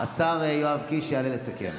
השר יואב קיש יעלה לסכם.